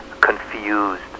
Confused